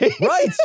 Right